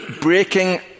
breaking